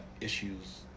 issues